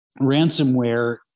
ransomware